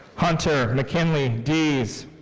hunter mickinnily deas.